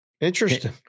Interesting